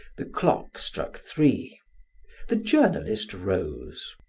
the clock struck three the journalist rose.